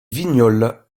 vignoles